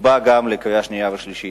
תוצבע גם בקריאה שנייה ושלישית.